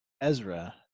Ezra